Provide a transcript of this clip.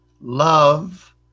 Love